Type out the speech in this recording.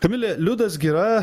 kamile liudas gira